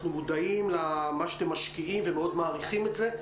אנחנו מודעים למה שאתם משקיעים ומאוד מעריכים את זה.